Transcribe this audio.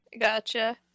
Gotcha